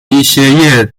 一些